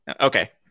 Okay